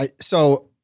so-